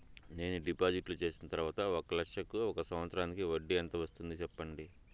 నేను డిపాజిట్లు చేసిన తర్వాత ఒక లక్ష కు ఒక సంవత్సరానికి వడ్డీ ఎంత వస్తుంది? సెప్పండి?